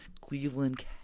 Cleveland